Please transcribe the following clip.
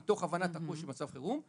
מתוך הבנת הקושי במצב חירום.